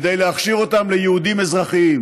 כדי להכשיר אותם לייעודים אזרחיים.